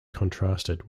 contrasted